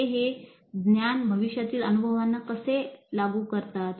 ते हे ज्ञान भविष्यातील अनुभवांना कसे लागू करतात